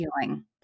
feeling